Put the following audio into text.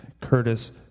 Curtis